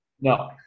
No